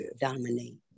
dominate